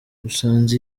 usanze